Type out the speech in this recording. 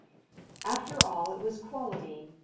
after all it was quality,